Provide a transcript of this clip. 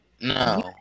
No